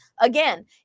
Again